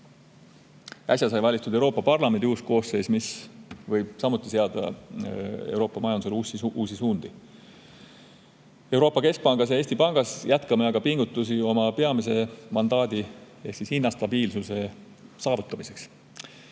Äsja sai valitud Euroopa Parlamendi uus koosseis, mis võib samuti seada Euroopa majandusele uusi suundi. Euroopa Keskpank ja Eesti Pank aga jätkavad pingutusi oma peamise mandaadi ehk hinnastabiilsuse saavutamiseks.